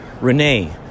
Renee